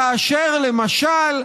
כאשר, למשל,